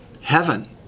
Heaven